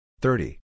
Thirty